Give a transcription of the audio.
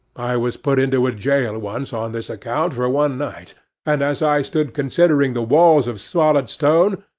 i was put into a jail once on this account, for one night and, as i stood considering the walls of solid stone,